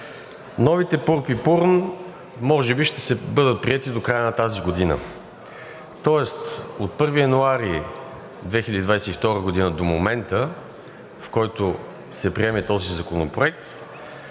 Новите ПУРБ и ПУРН може би ще бъдат приети до края на тази година, тоест от 1 януари 2022 г. до момента, в който се приеме този законопроект,